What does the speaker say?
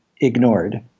ignored